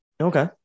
Okay